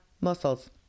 muscles